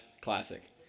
classic